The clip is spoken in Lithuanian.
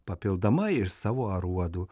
papildama iš savo aruodų